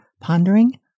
pondering